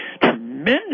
tremendous